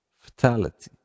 fatality